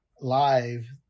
live